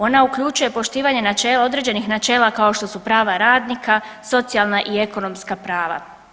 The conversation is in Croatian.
Ona uključuje poštivanje načela, određenih načela kao što su prava radnika, socijalna i ekonomska prava.